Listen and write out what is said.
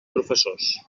professors